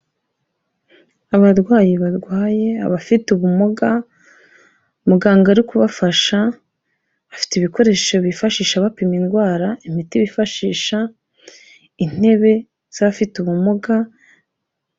Abarwayi barwaye; abafite ubumuga muganga ari kubafasha bafite ibikoresho bifashisha bapima indwara; imiti bifashisha; intebe z'abafite ubumuga.